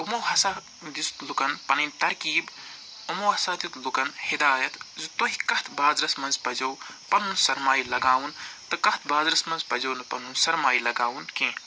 یِمو ہَسا دِژ لُکن پنٕنۍ ترکیب یِمو ہَسا دیُت لُکن ہِدایت زِ تۄہہِ کَتھ بازرس منٛز پَزیو پنُن سرمایہِ لگاوُن تہٕ کَتھ بازرس منٛز پزیو نہٕ پنُن سرمایہِ لگاوُن کیٚنٛہہ